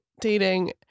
dating